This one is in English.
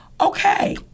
Okay